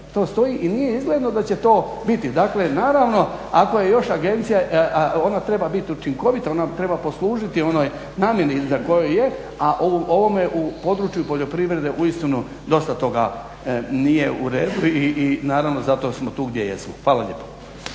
To stoji i nije izgledno da će to biti. Dakle, naravno ako je još agencija, ona treba biti učinkovita, ona treba poslužiti onoj namjeni za koju je, a u ovome, u području poljoprivrede uistinu dosta toga nije u redu i naravno zato smo tu gdje jesmo. Hvala lijepo.